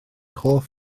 hoff